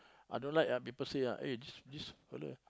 I don't like ah people say ah this this fella